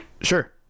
sure